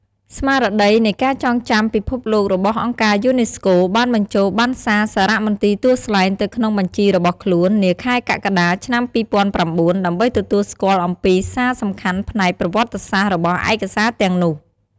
ស្មារតីនៃការចងចាំពិភពលោករបស់អង្គការយូណេស្កូ បានបញ្ចូលបណ្ណសារសារមន្ទីរទួលស្លែងទៅក្នុងបញ្ជីររបស់ខ្លួន នាខែកក្កដា ឆ្នាំ២០០៩ ដើម្បីទទួលស្គាល់អំពីសារសំខាន់ផ្នែកប្រវត្តិសាស្ត្ររបស់ឯកសារទាំងនោះ។